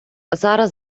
зараз